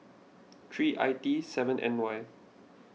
three I T seven N Y